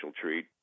treat